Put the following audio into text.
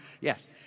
yes